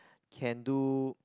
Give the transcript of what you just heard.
can do